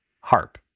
harp